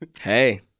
Hey